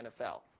NFL